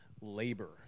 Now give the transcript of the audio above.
labor